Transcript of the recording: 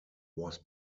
was